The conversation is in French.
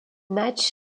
match